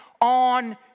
on